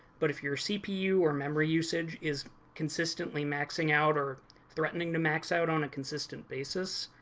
but if your cpu or memory usage is consistently maxing out or threatening to max out on a consistent basis,